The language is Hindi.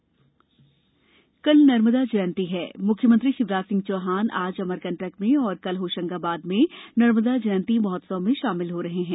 नर्मदा जयंती कल नर्मदा जयंती हैं म्ख्यमंत्री शिवराज सिंह चौहान आज अमरकंटक में और कल होशंगाबाद में नर्मदा जयंती महोत्सव में शामिल हो रहे हैं